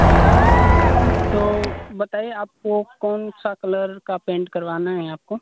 हाँ सर तो बताइए आपको कौन सा कलर का पेंट करवाना है आपको